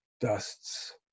dusts